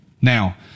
now